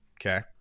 okay